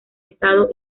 estado